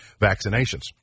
vaccinations